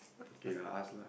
can go ask lah